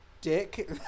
Dick